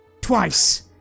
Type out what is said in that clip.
Twice